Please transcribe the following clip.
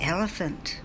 Elephant